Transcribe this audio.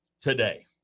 today